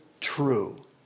true